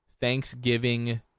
Thanksgiving